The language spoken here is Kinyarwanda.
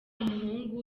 muhungu